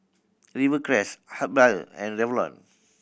Rivercrest Habhal and Revlon